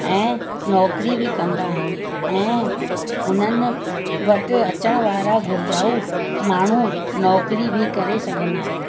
ऐं नौकिरी बि कंदा आहिनि ऐं उन्हनि वटि अचण वारा घुरिजाऊं माण्हू नौकिरी बि करे सघंदा आहिनि